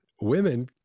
Women